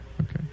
Okay